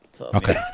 Okay